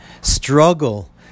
struggle